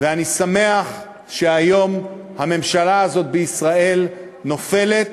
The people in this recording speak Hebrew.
ואני שמח שהיום הממשלה הזאת בישראל נופלת,